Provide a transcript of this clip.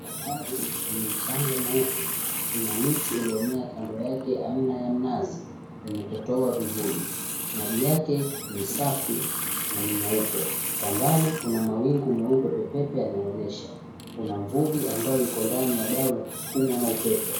Bahari yenye mchanga mweupe ina miti iliyomea kando yake aina ya mnazi yenye kutoa vivuli. Maji yake ni safi na ni meupe. Kwa mbali kuna mawingu meupe pepepe yanayoonyesha. Kuna mvuvi ambaye yuko ndani ya dau la kuskuma na upepo.